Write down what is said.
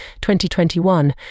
2021